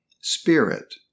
Spirit